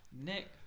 Nick